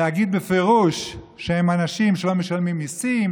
להגיד בפירוש שהם אנשים שלא משלמים מיסים